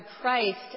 Christ